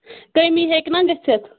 کٔمی ہیٚکہِ نا گٔژھِتھ